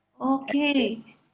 okay